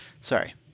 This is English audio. sorry